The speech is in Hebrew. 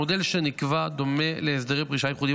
המודל שנקבע דומה להסדרי פרישה ייחודיים